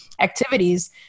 activities